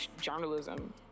journalism